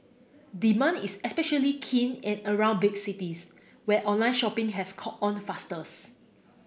demand is especially keen in around big cities where online shopping has caught on fastest